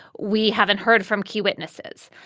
we haven't heard from key witnesses.